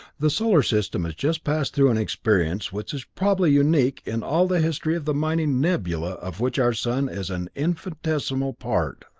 the solar system has just passed through an experience which is probably unique in all the history of the mighty nebula of which our sun is an infinitesimal part.